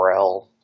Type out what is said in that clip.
URL